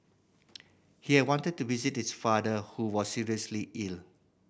he had wanted to visit his father who was seriously ill